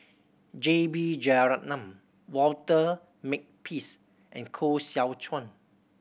J B Jeyaretnam Walter Makepeace and Koh Seow Chuan